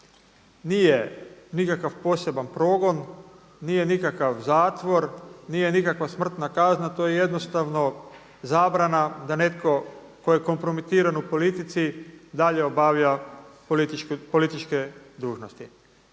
nije nikakav poseban progon, nije nikakav zatvor, nije nikakva smrtna kazna. To je jednostavno zabrana da netko tko je kompromitiran u politici dalje obavlja političke dužnosti.